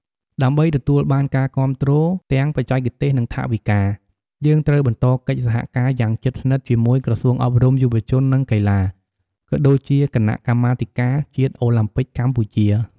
ដើម្បីទទួលបានការគាំទ្រទាំងបច្ចេកទេស និងថវិកា យើងត្រូវបន្តកិច្ចសហការយ៉ាងជិតស្និទ្ធជាមួយក្រសួងអប់រំ យុវជន និងកីឡា ក៏ដូចជាគណៈកម្មាធិការជាតិអូឡាំពិកកម្ពុជា ។